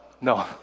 No